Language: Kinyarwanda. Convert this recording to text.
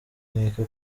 nkeka